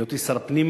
בהיותי שר הפנים